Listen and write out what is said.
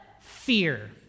fear